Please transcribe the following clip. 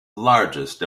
largest